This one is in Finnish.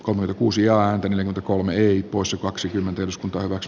kolme kuusi ääntä kolme ii poissa kaksikymmentä jos kaivos